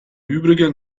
übrigen